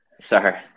Sorry